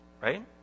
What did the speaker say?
right